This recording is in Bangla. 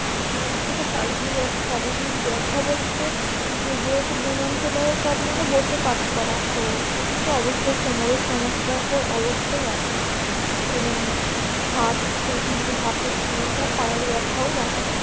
আর এর থেকে শারীরিক অ শারীরিক ব্যথা বলতে যে যেহেতু বুনান সেলাইয়ের কাজ মানে বসে কাজ করা তো এর থেকে অবশ্যই কোমরের সমস্যা তো অবশ্যই আছে এবং হাত সেই সঙ্গে হাতের সমস্যা পায়ের ব্যথাও দেখা দেয়